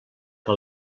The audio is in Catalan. que